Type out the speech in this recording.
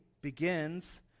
begins